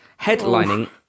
Headlining